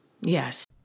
Yes